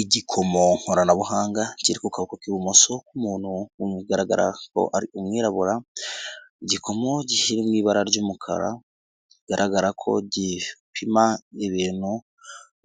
Igikomo nkoranabuhanga kiri ku kaboko k'ibumoso k'umuntu umwe bigaraga ko ari umwirabura; igikomo kiri mu ibara ry'umukara, bigaragara ko gipima n'ibintu